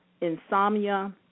insomnia